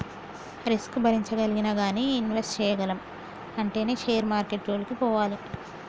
risk భరించగలిగినా గానీ invest చేయగలము అంటేనే షేర్ మార్కెట్టు జోలికి పోవాలి